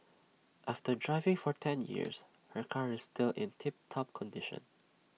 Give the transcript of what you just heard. after driving for ten years her car is still in tip top condition